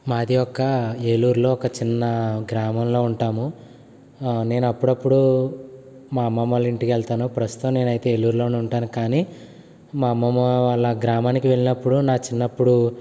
మాది ఒక్క ఏలూరులో ఒక చిన్న గ్రామంలో ఉంటాము నేను అప్పుడప్పుడు మా అమ్మమ్మ వాళ్ళ ఇంటికి వెళ్తాను ప్రస్తుతం నేనైతే ఏలూరులో ఉంటాను కానీ మా అమ్మమ్మ వాళ్ళ గ్రామానికి వెళ్ళినప్పుడు నా చిన్నప్పుడు